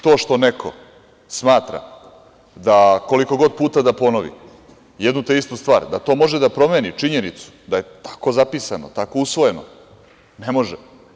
To što neko smatra da, koliko god puta da ponovi jednu te istu stvar, da to može da promeni činjenicu da je tako zapisano, tako usvojeno, ne može.